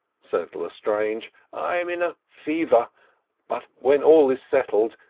said lestrange i am in a fever but when all is settled,